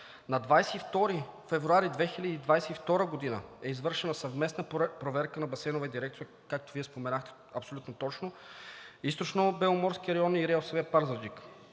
На 22 февруари 2022 г. е извършена съвместна проверка на Басейнова дирекция, както Вие споменахте абсолютно точно, „Източнобеломорският район“ и РИОСВ – Пазарджик.